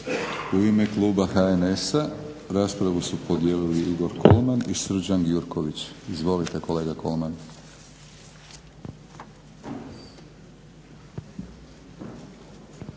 U ime kluba HNS-a raspravu su podijelili Igor Kolman i Srđan Gjurković. Izvolite kolega Kolman.